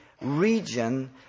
region